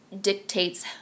dictates